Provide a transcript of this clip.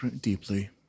deeply